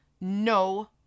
no